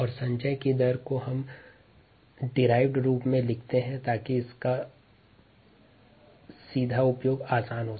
हम rate of accumulation को हम व्युत्पन्न के रूप में लिखते हैं ताकि इसका सीधा उपयोग आसान हो